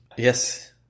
Yes